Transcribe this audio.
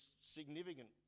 significant